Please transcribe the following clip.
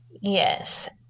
Yes